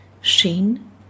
shin